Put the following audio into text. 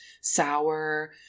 Sour